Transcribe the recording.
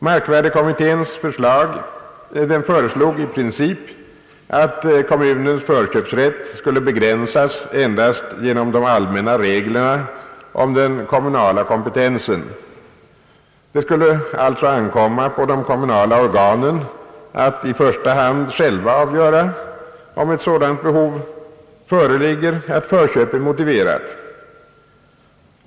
Markvärdekommittén föreslog i princip att kommunens förköpsrätt skulle begränsas endast genom de allmänna reglerna om den kommunala kompetensen. Det skulle alltså ankomma på de kommunala organen att i första hand själva avgöra, om ett sådant behov föreligger att förköp är motiverat.